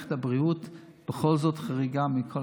שמערכת הבריאות בכל זאת חריגה מכל